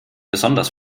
besonders